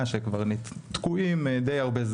פרזיטים קהילתיים.